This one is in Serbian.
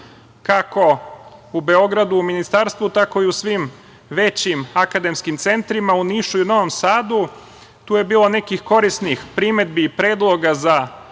u Beogradu, u Ministarstvu, tako i u svim većim akademskim centrima, u Nišu i Novom Sadu. Tu je bilo nekih korisnih primedbi i predloga za